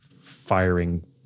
firing